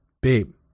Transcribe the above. babe